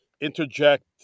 interject